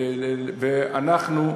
ואנחנו,